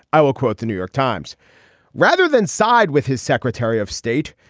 i will quote the new york times rather than side with his secretary of state.